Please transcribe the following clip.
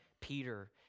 Peter